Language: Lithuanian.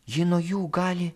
ji nuo jų gali